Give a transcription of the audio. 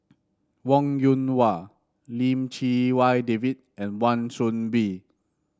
Wong Yoon Wah Lim Chee Wai David and Wan Soon Bee